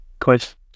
question